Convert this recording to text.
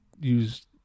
use